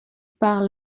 par